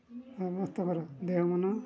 ସମସ୍ତଙ୍କର ଦେହ ମନ